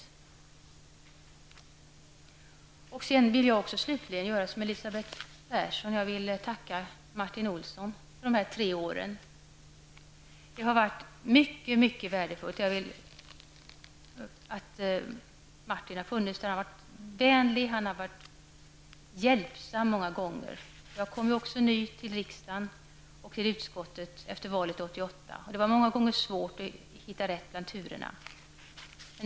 Jag vill slutligen göra såsom Elisabeth Persson och tacka Martin Olsson för dessa tre år. Det har varit mycket värdefullt att Martin Olsson har funnits med i utskottet. Han har varit vänlig och hjälpsam. När jag kom till riksdagen och utskottet efter valet 1988, var det många gånger svårt att hitta rätt bland turerna.